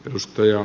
rustoja